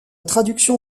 traduction